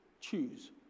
Choose